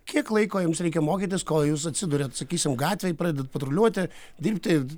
kiek laiko jums reikia mokytis kol jūs atsiduriat sakysim gatvėje pradedat patruliuoti dirbti